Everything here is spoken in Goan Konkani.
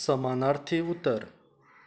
समानार्थी उतर